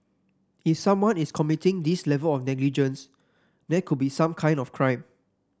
if someone is committing this level of negligence there could be some kind of crime